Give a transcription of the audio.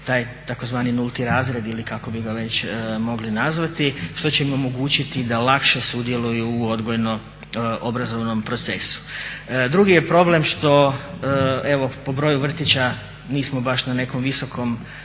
taj tzv. nulti razvoj ili kako bi ga već mogli nazvati, što će im omogućiti da lakše sudjeluju u odgojno obrazovnom procesu. Drugi je problem što, evo po broju vrtića nismo baš na nekom visokom